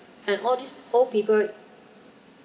and all these old people